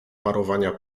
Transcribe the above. parowania